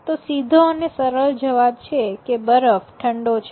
તો સીધો અને સરળ જવાબ છે બરફ ઠંડો છે